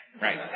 Right